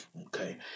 okay